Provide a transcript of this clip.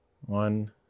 one